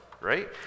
Right